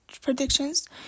predictions